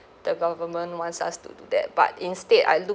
the government wants us to do that but instead I look